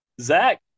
Zach